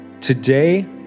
Today